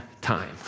time